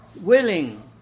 willing